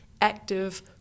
active